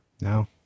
No